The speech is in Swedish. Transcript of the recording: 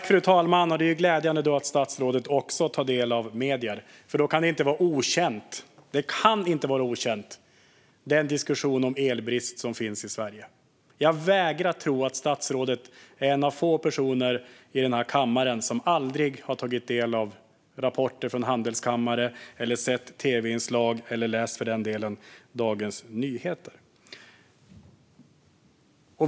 Fru talman! Det är glädjande att statsrådet också tar del av medier. Då kan inte den diskussion om elbrist som finns i Sverige vara okänd. Jag vägrar att tro att statsrådet är en av få personer i kammaren som aldrig har tagit del av rapporter från handelskammare, sett tv-inslag eller för den delen läst Dagens Nyheter.